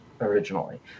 Originally